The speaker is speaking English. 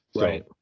Right